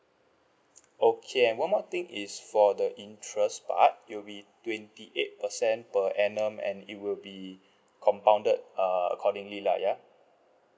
okay and one more thing is for the interest part it'll be twenty eight percent per annum and it will be compounded uh accordingly lah yeah